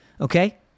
Okay